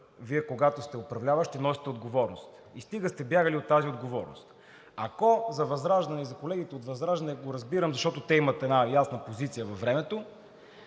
Вие, когато сте управляващи, носите отговорност. И стига сте бягали от тази отговорност! Ако за ВЪЗРАЖДАНЕ и за колегите от ВЪЗРАЖДАНЕ го разбирам, защото те имат една ясна позиция във времето,